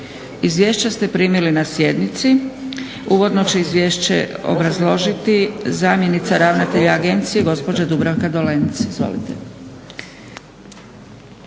Izvješća ste primili na sjednici. Uvodno će izvješće obrazložiti zamjenica ravnatelja agencije gospođa Dubravka Dolenc.